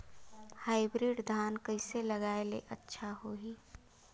Hybrid धान कइसे लगाय ले अच्छा होही?